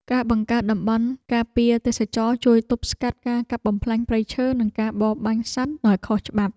ការបង្កើតតំបន់ការពារទេសចរណ៍ជួយទប់ស្កាត់ការកាប់បំផ្លាញព្រៃឈើ និងការបរបាញ់សត្វដោយខុសច្បាប់។